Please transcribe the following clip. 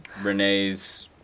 Renee's